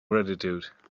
gratitude